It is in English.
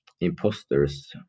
imposters